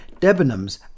Debenhams